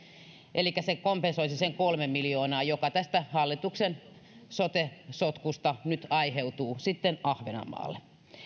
elikkä se kompensoisi sen kolme miljoonaa joka tästä hallituksen sote sotkusta nyt aiheutuu sitten ahvenanmaalle